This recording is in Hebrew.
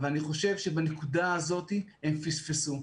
אבל אני חושב בנקודה הזאת הם פספסו.